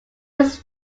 was